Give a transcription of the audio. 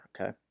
okay